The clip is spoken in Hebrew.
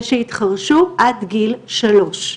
ושהתחרשו עד גיל שלוש.